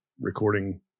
recording